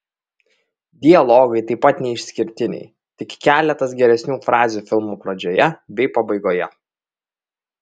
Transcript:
dialogai taip pat neišskirtiniai tik keletas geresnių frazių filmo pradžioje bei pabaigoje